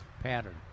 pattern